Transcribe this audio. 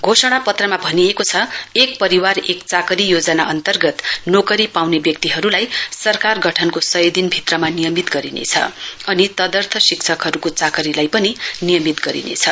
घोषना पत्रमा भनिएको छ एक परिवार एक चाकरी योजना अन्तर्गत नोकरी पाउने व्यक्तिहरुलाई सरकार गठनको दिनभित्रमा नियमित गरिनेछ अनि तदर्थ शिक्षकहरुको चाकरीलाई पनि नियमित गर्नेछ